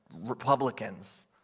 Republicans